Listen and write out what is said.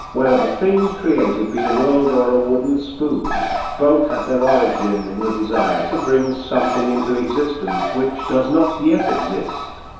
whether the thing created be a world or a wooden spoon both have their origin in the desire to bring something into existence which does not yet exist.